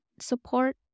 support